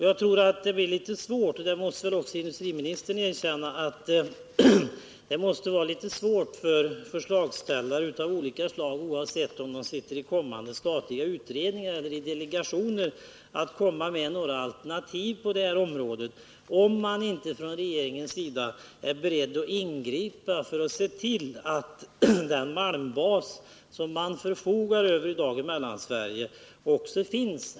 Jag tror att det blir litet svårt — det måste väl också industriministern erkänna — för förslagsställare av olika slag, oavsett om de sitter i kommande statliga utredningar eller i delegationer, att redovisa några alternativ på detta område, om man inte från regeringens sida är beredd att ingripa för att se till att den malmbas man förfogar över i dag i Mellansverige också finns.